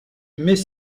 mais